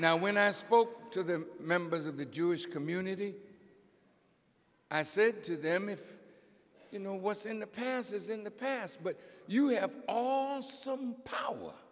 now when i spoke to the members of the jewish community i said to them if you know what's in the past is in the past but you have some power